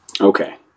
Okay